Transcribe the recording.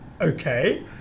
Okay